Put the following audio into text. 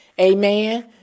Amen